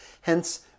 Hence